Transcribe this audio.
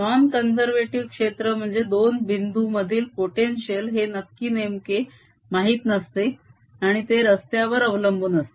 non conservative क्षेत्र म्हणजे दोन बिंदू मधील पोटेन्शिअल हे नक्की नेमके माहित नसते आणि ते रस्त्यावर अवलंबून असते